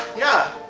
yeah.